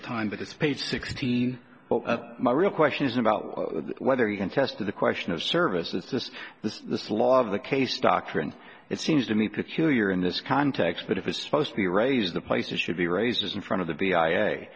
the time but it's page sixteen but my real question is about whether you can test to the question of service it's just this this law of the case doctrine it seems to me peculiar in this context but if it's supposed to be raised the places should be raised in front of the i